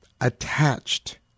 attached